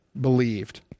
believed